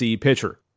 pitcher